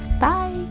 bye